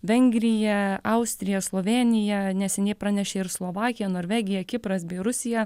vengrija austrija slovėnija neseniai pranešė ir slovakija norvegija kipras bei rusija